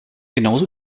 genauso